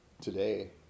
today